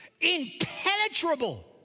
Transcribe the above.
impenetrable